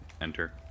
enter